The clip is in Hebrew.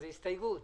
זו הסתייגות.